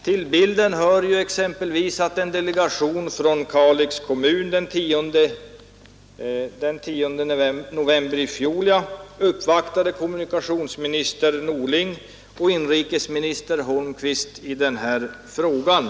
Till bilden hör exempelvis att en delegation från Kalix kommun den 10 november i fjol uppvaktade kommunikationsminister Norling och inrikesminister Holmqvist i den här frågan.